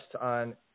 on